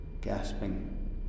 gasping